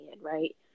right